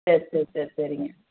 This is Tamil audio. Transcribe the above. சேரி சேரி சேரி சரிங்க